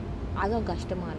கஷ்டமா இருக்கும்:kastama irukum